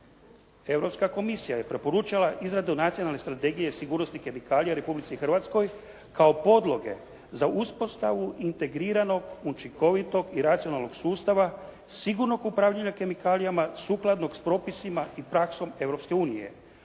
Europska komisija je preporučila izradu Nacionalne strategije sigurnosti kemikalija u Republici Hrvatskoj kao podloge za uspostavu integriranog, učinkovitog i racionalnog sustava sigurnog upravljanja kemikalijama sukladnog s propisima i praksom